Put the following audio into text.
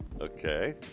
Okay